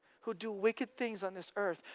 who do wicked things on this earth,